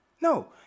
No